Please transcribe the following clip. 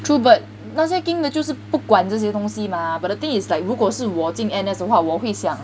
true but 那些 geng 的就是不管这些东西 mah but the thing is like 如果是我进 N_S 的话我会想